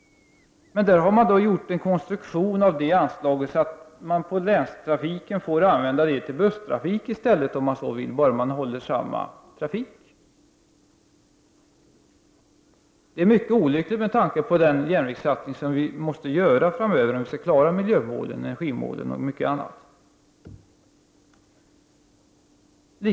Nu har man gjort en konstruktion av anslaget som innebär att länstrafiken får använda anslaget till busstrafik om man så vill, bara man håller samma trafik. Detta är mycket olyckligt med tanke på den satsning som vi måste göra framöver om vi skall nå miljömålen, energimålen och många andra mål.